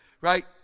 right